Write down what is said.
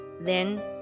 Then